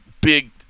big